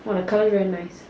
!wah! the colour very nice